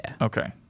Okay